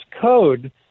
code